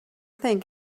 think